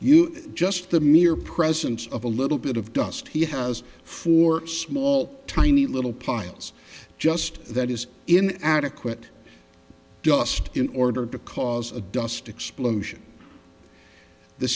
just the mere presence of a little bit of dust he has four small tiny little particles just that is in adequate dust in order to cause a dust explosion the